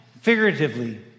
figuratively